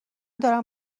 دارم